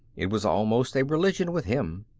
it was almost a religion with him.